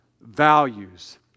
values